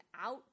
out